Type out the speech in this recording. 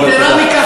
יתרה מכך,